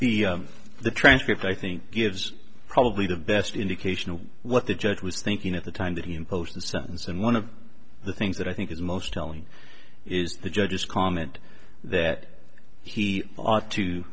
the the transcript i think gives probably the best indication of what the judge was thinking at the time that he imposed the sentence and one of the things that i think is most telling is the judges comment that he ought to